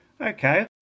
Okay